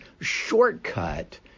shortcut